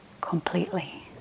completely